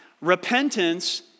repentance